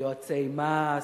ליועצי מס,